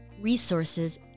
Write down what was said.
resources